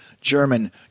German